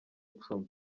icumi